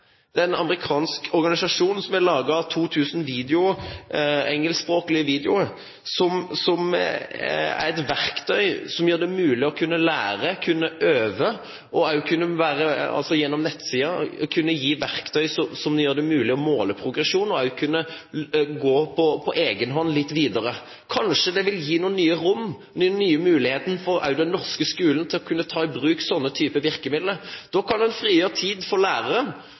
amerikansk organisasjon som har laget 2 000 engelskspråklige videoer, som er et verktøy som gjør det mulig å kunne lære, kunne øve, altså at man gjennom nettsider kan gi verktøy som gjør det mulig å måle progresjon, og også kunne gå litt videre på egen hånd. Kanskje det vil gi noen nye rom og nye muligheter også for den norske skolen å kunne ta i bruk slike typer virkemidler. Da kan en frigjøre tid for læreren,